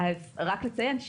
אז רק לציין,